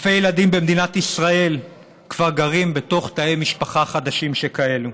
אלפי ילדים בישראל כבר גרים בתוך תאי משפחה חדשים שכאלה.